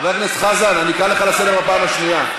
חבר הכנסת חזן, אני אקרא אותך לסדר בפעם השנייה.